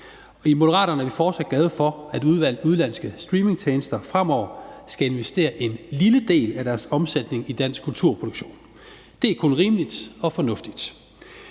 I Moderaterne er vi fortsat glade for, at udenlandske streamingtjenester fremover skal investere en lille del af deres omsætning i dansk kulturproduktion. Det er kun rimeligt og fornuftigt.